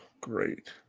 great